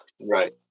right